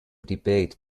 debate